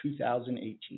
2018